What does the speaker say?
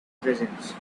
presence